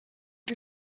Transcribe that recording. die